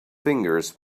fingers